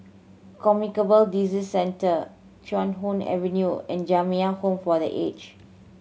Communicable Disease Centre Chuan Hoe Avenue and Jamiyah Home for The Aged